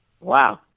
Wow